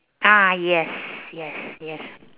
ah yes yes yes